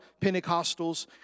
Pentecostals